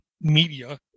media